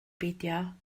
beidio